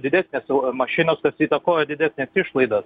didesnės mašinos įtakoja didesnes išlaidas